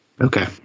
Okay